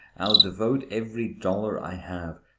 i'll devote every dollar i have,